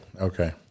Okay